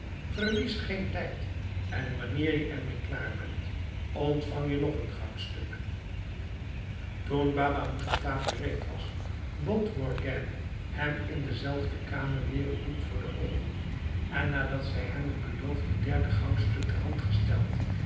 verlies geen tijd en wanneer je er mee klaar bent ontvang je nog een goudstuk toen baba moestapha gereed was bond morgiane hem in dezelfde kamer weer een doek voor de oogen en nadat zij hem het beloofde derde goudstuk ter hand gesteld